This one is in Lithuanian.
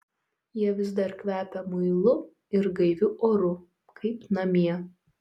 jie vis dar kvepia muilu ir gaiviu oru kaip namie